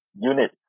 unit